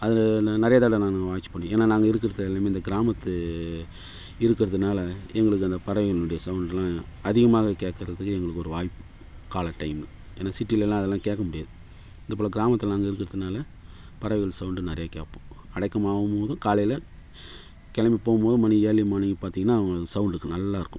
அது நான் நிறைய தடவை நான் வாட்ச் பண்ணி ஏன்னால் நாங்கள் இருக்கிறது எல்லாமே இந்த கிராமத்து இருக்கிறதுனால எங்களுக்கு அந்த பறவைனுடைய சவுண்டெல்லாம் அதிகமாக கேட்குறதக்கு எங்களுக்கு ஒரு வாய்ப்பு காலை டைமில் ஏன்னால் சிட்டிலெல்லாம் அதை எல்லாம் கேட்க முடியாது அதை போல் கிராமத்தில் நாங்கள் இருக்கிறதுனால பறவைகள் சவுண்ட் நிறைய கேட்போம் அடைக்கம்மாகவும் போதும் காலையில் கிளம்பி போகும்போதும் எர்லி மார்னிங் பார்த்தீங்கன்னா சவுண்டுக்கு நல்லா இருக்கும்